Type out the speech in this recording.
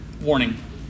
warning